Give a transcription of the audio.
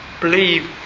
believe